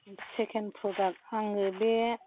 second product आङो बे